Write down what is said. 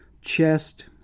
chest